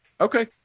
Okay